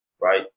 right